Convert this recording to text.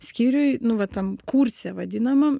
skyriuj nu va tam kurse vadinamam